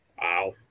Wow